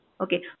Okay